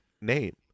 name